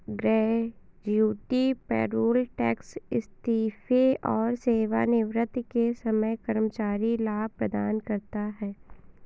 gratuity payroll tax इस्तीफे या सेवानिवृत्ति के समय कर्मचारी को लाभ प्रदान करता है